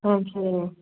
ஆ சொல்லுங்கள்